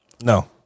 No